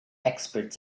experts